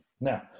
Now